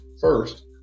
first